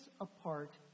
apart